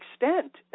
extent